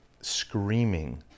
screaming